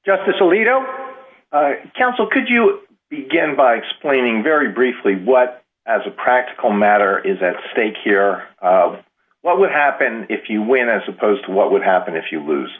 justice alito counsel could you again by explaining very briefly what as a practical matter is at stake here what would happen if you went as opposed to what would happen if you lose